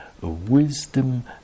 wisdom